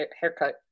haircut